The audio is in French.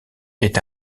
est